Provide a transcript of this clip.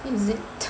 is it